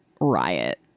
riot